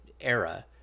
era